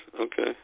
Okay